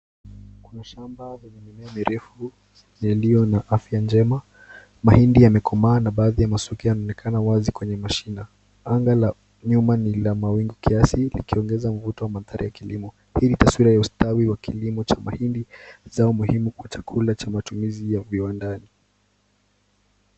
Kuna shamba la mimea mirefu iliyo na afya njema. Mahindi yamekomaa na baadhi ya masuke yanaonekana wazi kwenye vina. Anga la nyuma ni la mawingu kiasi ikiongeza mvuto wa mandhari ya kilimo. Hii taswira ya ustawi wa kilimo cha mahindi zao muhimu kwa matumizi ya viwandani.